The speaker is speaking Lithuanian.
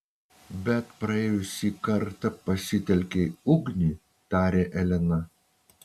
bet praėjusį kartą pasitelkei ugnį tarė elena